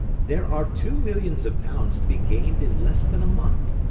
there are two millions of pounds to be gained in less than a month.